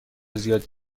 زیاد